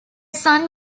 son